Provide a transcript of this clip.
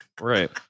Right